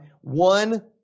one